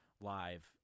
live